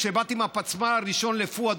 כשבאתי עם הפצמ"ר הראשון לפואד,